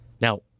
Now